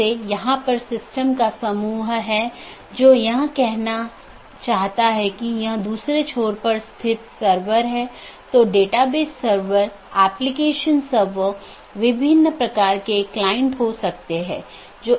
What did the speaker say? इसलिए चूंकि यह एक पूर्ण मेश है इसलिए पूर्ण मेश IBGP सत्रों को स्थापित किया गया है यह अपडेट को दूसरे के लिए प्रचारित नहीं करता है क्योंकि यह जानता है कि इस पूर्ण कनेक्टिविटी के इस विशेष तरीके से अपडेट का ध्यान रखा गया है